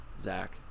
Zach